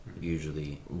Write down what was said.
usually